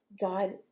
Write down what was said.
God